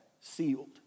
sealed